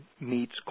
meets